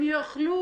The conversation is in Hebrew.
אם ילכו